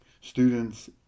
Students